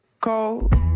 Cold